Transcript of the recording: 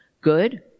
good